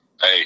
hey